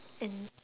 and